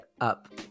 up